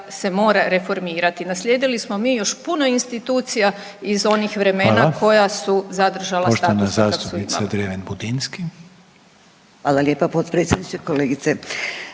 se mora reformirati. Naslijedili smo mi još puno institucija iz onih vremena koja su zadržala status kakav su imali. **Reiner, Željko